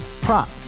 Prop